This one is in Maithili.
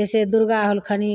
जइसे दुरगा होलखिन